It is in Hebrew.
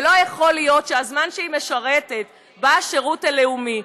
ולא יכול להיות שהזמן שהיא משרתת בשירות לאומי,